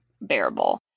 bearable